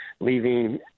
leaving